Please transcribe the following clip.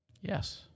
Yes